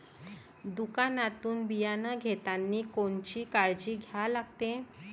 दुकानातून बियानं घेतानी कोनची काळजी घ्या लागते?